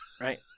Right